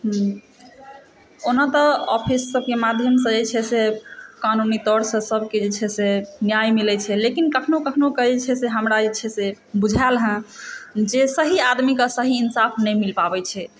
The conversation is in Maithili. ओना तऽ ऑफिस सबके माध्यमसँ जे छै से कानूनी तौरसँ सबके जे छै से न्याय मिलै छै लेकिन कखनो कखनो कऽ जे छै हमरा जे छै से बुझाएल हँ जे सही आदमीके सही इन्साफ नहि मिलि पाबै छै